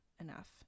enough